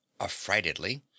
affrightedly